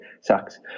sucks